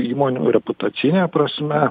įmonių reputacine prasme